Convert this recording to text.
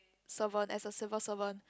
servant as a civil servant